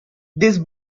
these